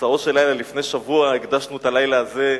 באמצעו של לילה, לפני שבוע הקדשנו את הלילה הזה,